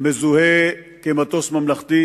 המזוהה כמטוס ממלכתי